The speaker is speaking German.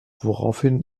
woraufhin